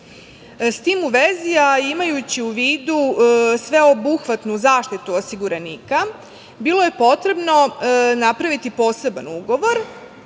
tim u vezi, a imajući u vidu sveobuhvatnu zaštitu osiguranika, bilo je potrebno napraviti poseban ugovor